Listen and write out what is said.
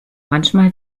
manchmal